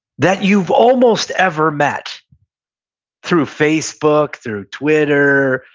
that you've almost ever met through facebook, through twitter,